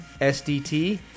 SDT